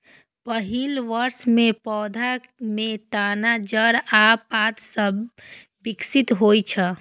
पहिल वर्ष मे पौधा मे तना, जड़ आ पात सभ विकसित होइ छै